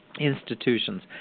Institutions